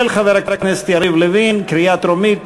של חבר הכנסת יריב לוין, בקריאה הטרומית.